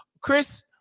Chris